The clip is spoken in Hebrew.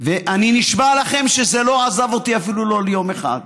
ואני נשבע לכם שזה לא עזב אותי אפילו לא ליום אחד,